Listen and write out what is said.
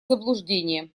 заблуждение